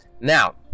Now